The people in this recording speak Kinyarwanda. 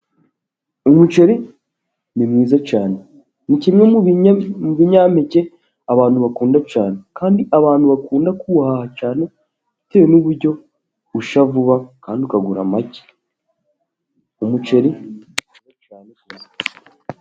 Umuceri ni mwiza cyane ni kimwe mu binyampeke abantu bakunda cyane, kandi abantu bakunda gubaha cyane bitewe n'uburyo usha vuba kandi ukagura make umuceri.